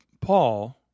Paul